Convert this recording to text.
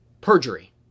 Perjury